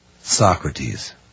Socrates